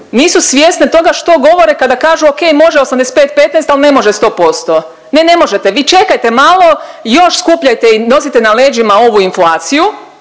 nisu svjesne toga što govore kada kažu okej može 85-15, al ne može 100%, ne ne možete, vi čekajte malo i još skupljajte i nosite na leđima ovu inflaciju